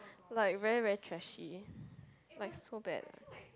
like very very trashy like so bad